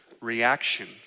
reaction